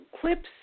clips